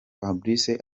fabrice